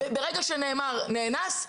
ברגע שעלתה המילה אונס,